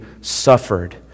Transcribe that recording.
suffered